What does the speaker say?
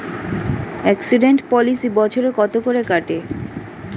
Accident policy বছরে কত করে কাটে?